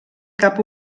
cap